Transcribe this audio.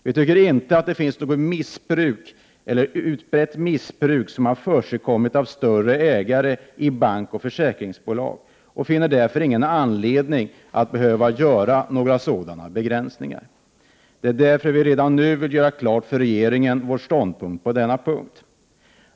Vi anser oss inte ha sett att det i bankoch försäkringsaktiebolag förekommer något utbrett missbruk av större ägares ställning. Vi finner därför inte någon anledning att behöva göra några sådana begränsningar. Det är därför som vi redan nu vill göra klart för regeringen vår inställning på denna punkt.